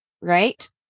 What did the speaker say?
right